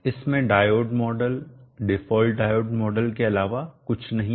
इसमें diode model default diode model के अलावा कुछ नहीं है